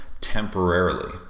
temporarily